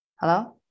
Hello